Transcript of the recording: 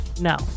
No